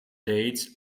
dates